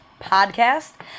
podcast